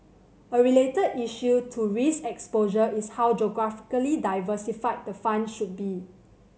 a related issue to risk exposure is how geographically diversified the fund should be